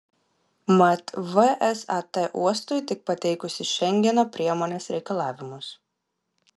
mat vsat uostui tik pateikusi šengeno priemonės reikalavimus